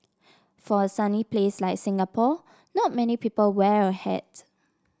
for a sunny place like Singapore not many people wear a hat